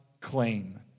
claim